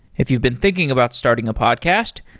if you've been thinking about starting a podcast,